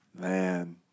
Man